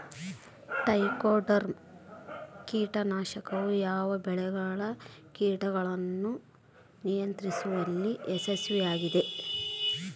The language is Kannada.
ಟ್ರೈಕೋಡರ್ಮಾ ಕೇಟನಾಶಕವು ಯಾವ ಬೆಳೆಗಳ ಕೇಟಗಳನ್ನು ನಿಯಂತ್ರಿಸುವಲ್ಲಿ ಯಶಸ್ವಿಯಾಗಿದೆ?